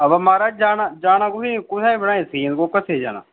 अवा महाराज जाना जाना कुत्थें कुत्थें बनाई स्कीम कोह्कै सेह् जाना